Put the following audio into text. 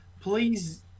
please